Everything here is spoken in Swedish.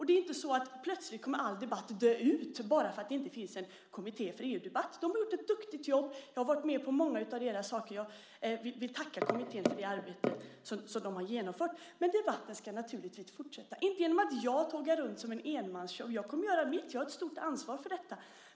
Det är inte så att all debatt plötsligt kommer att dö ut bara för att det inte finns en kommitté för EU-debatt. De har gjort ett duktigt jobb. Jag har varit med på många av deras saker. Jag vill tacka kommittén för det arbete som den har genomfört. Men debatten ska naturligtvis fortsätta, inte genom att jag tågar runt som en enmansshow. Jag kommer att göra mitt; jag har ett stort ansvar för detta.